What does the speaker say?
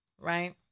right